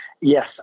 yes